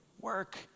Work